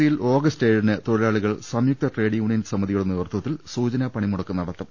സിയിൽ ഓഗസ്റ്റ് ഏഴിന് തൊഴിലാളികൾ സംയുക്ത ട്രേഡ് യൂണിയൻ സമിതി യുടെ നേതൃത്വത്തിൽ സൂചനാ പണിമുട്ടക്ക് നടത്തും